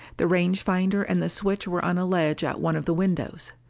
the range-finder and the switch were on a ledge at one of the windows.